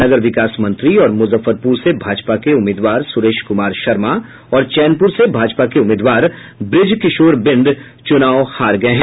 नगर विकास मंत्री और मुजफ्फरपुर से भाजपा के उम्मीदवार सुरेश कुमार शर्मा और चैनपुर से भाजपा के उम्मीदवार ब्रजकिशोर बिंद चुनाव हार गये है